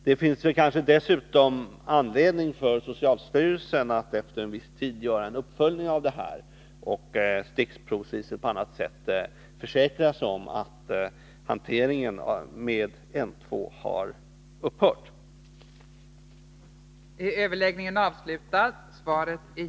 Det finns dessutom anledning för socialstyrelsen att efter en viss tid göra en uppföljning och genom stickprov eller på annat sätt försäkra sig om att hanteringen med N-2 har upphört.